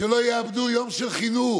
שלא יאבדו יום של חינוך?